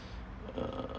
uh